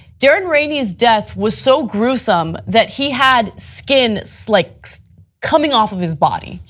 darren rainey's death was so gruesome that he had skin so like coming off of his body.